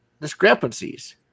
discrepancies